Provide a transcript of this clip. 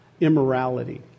immorality